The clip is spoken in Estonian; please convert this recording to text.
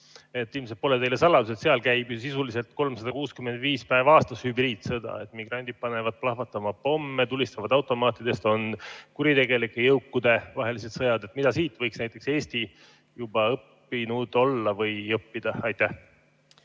Ilmselt pole teile saladus, et seal käib sisuliselt 365 päeva aastas hübriidsõda: migrandid panevad plahvatama pomme, tulistavad automaatidest, on kuritegelike jõukude vahelised sõjad. Mida sellest võiks näiteks Eesti juba õppinud olla või õppida?